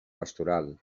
pastoral